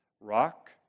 rock